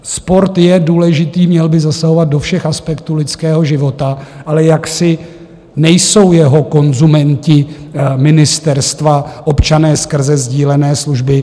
Sport je důležitý, měl by zasahovat do všech aspektů lidského života, ale nejsou jeho konzumenty ministerstva, občané skrze sdílené služby.